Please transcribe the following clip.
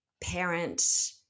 parent